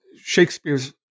Shakespeare's